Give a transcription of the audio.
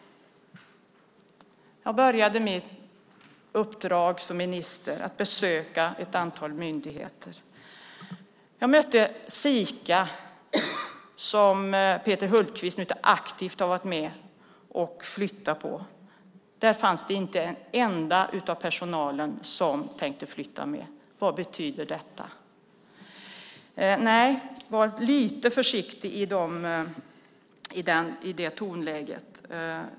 Jag började mitt uppdrag som minister med att besöka ett antal myndigheter. Jag besökte Sika, som Peter Hultqvist aktivt varit med om att flytta. Inte en enda bland personalen tänkte flytta med. Vad betyder det? Nej, man ska vara lite försiktig med att använda ett sådant tonläge.